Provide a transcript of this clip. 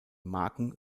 marken